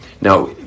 Now